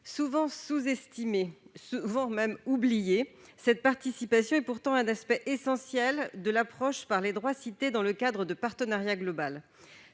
Souvent sous-estimée, voire oubliée, cette participation est pourtant un aspect essentiel de l'approche par les droits qui est citée dans le cadre de partenariat global,